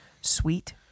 sweet